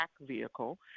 vehicle